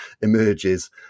emerges